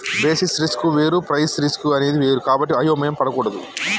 basis risk వేరు price risk అనేది వేరు కాబట్టి అయోమయం పడకూడదు